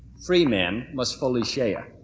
free men must fully share.